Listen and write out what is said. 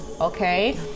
okay